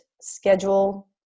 schedule